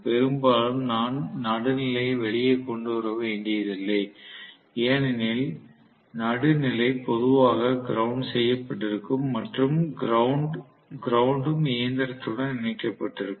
பெரும்பாலும் நான் நடுநிலையை வெளியே கொண்டு வர வேண்டியதில்லை ஏனெனில் நடுநிலை பொதுவாக கிரௌண்ட் செய்யப்பட்டிருக்கும் மற்றும் கிரௌண்ட் ம் இயந்திரத்துடன் இணைக்கப்பட்டிருக்கும்